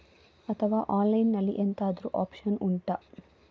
ಅಥವಾ ಆನ್ಲೈನ್ ಅಲ್ಲಿ ಎಂತಾದ್ರೂ ಒಪ್ಶನ್ ಉಂಟಾ